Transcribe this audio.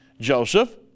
Joseph